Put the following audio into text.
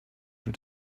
had